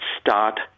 Start